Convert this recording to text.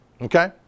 Okay